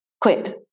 quit